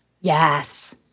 Yes